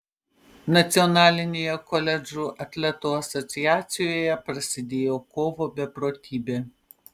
nacionalinėje koledžų atletų asociacijoje prasidėjo kovo beprotybė